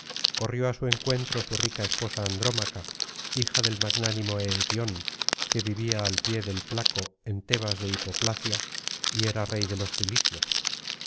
corrió á su encuentro su rica esposa andrómaca hija del magnánimo eetíón que vivía al pie del placo en tebas de hipoplacia y era rey de los cilicios